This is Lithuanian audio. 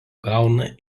gauna